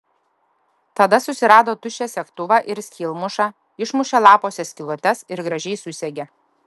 tada susirado tuščią segtuvą ir skylmušą išmušė lapuose skylutes ir gražiai susegė